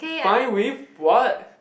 fine with what